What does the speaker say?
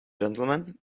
gentlemen